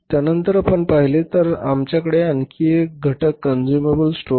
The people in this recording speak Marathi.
त्यानंतर आपण पाहिले तर आमच्याकडे आणखी एक घटक कन्ज्युमेबल स्टोअर्स आहेत